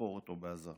לחקור אותו באזהרה.